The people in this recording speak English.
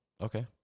okay